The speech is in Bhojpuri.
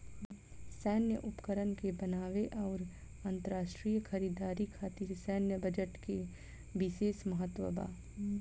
सैन्य उपकरण के बनावे आउर अंतरराष्ट्रीय खरीदारी खातिर सैन्य बजट के बिशेस महत्व बा